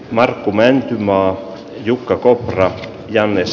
mark kumeen maa ja jukka koprat james